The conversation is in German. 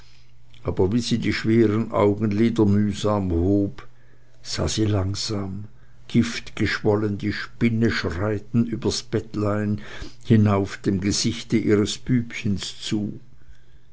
aber wie sie die schweren augenlider mühsam erhob sah sie langsam giftgeschwollen die spinne schreiten übers bettlein hinauf dem gesichte ihres bübchens zu